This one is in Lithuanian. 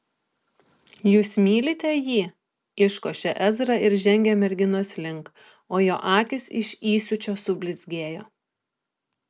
jūs mylite jį iškošė ezra ir žengė merginos link o jo akys iš įsiūčio sublizgėjo